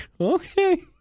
Okay